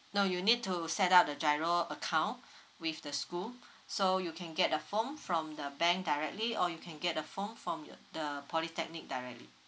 no you need to set up the GIRO account with the school so you can get the form from the bank directly or you can get the form from your the polytechnic directly